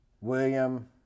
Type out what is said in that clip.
William